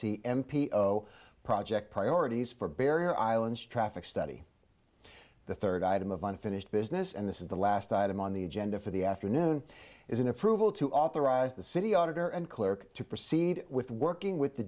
c m p o project priorities for barrier islands traffic study the third item of unfinished business and this is the last item on the agenda for the afternoon is an approval to authorize the city auditor and clerk to proceed with working with the